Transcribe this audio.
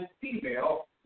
female